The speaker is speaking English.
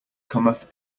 cometh